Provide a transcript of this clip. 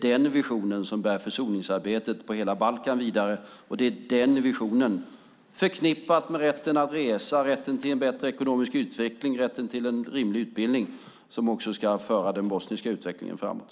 Den visionen bär försoningsarbetet på hela Balkan vidare, och det är den visionen, förknippad med rätten att resa, rätten till bättre ekonomisk utveckling, rätten till rimlig utbildning, som också ska föra den bosniska utvecklingen framåt.